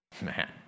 Man